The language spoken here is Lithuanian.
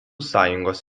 sąjungos